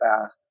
fast